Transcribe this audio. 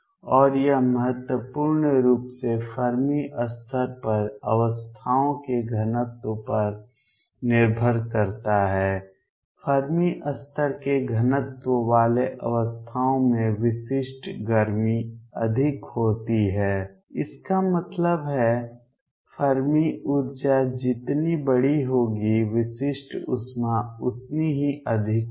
और यह महत्वपूर्ण रूप से फर्मी स्तर पर अवस्थाओं के घनत्व पर निर्भर करता है फर्मी स्तर के घनत्व वाले अवस्थाओं में विशिष्ट गर्मी अधिक होती है इसका मतलब है फर्मी ऊर्जा जितनी बड़ी होगी विशिष्ट ऊष्मा उतनी ही अधिक होगी